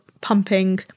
pumping